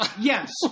Yes